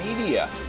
media